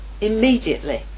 immediately